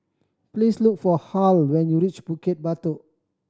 please look for Hal when you reach Bukit Batok